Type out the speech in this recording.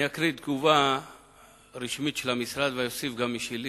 אני אקרא תגובה רשמית של המשרד ואוסיף גם משלי